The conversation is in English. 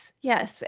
yes